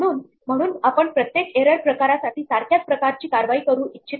म्हणून म्हणून आपण प्रत्येक एरर प्रकारासाठी सारख्याच प्रकारची कारवाई नाही करू इच्छित